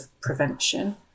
prevention